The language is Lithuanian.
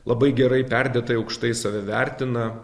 labai gerai perdėtai aukštai save vertina